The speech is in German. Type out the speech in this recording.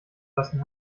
lassen